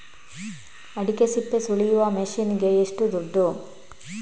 ಅಡಿಕೆ ಸಿಪ್ಪೆ ಸುಲಿಯುವ ಮಷೀನ್ ಗೆ ಏಷ್ಟು ದುಡ್ಡು?